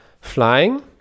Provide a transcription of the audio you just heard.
flying